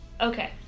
Okay